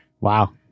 Wow